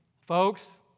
Folks